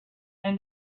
and